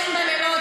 הפריימריז.